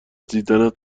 دیدنت